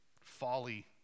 folly